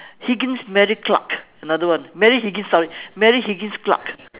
higgins mary clark another one mary higgins sorry mary higgins clark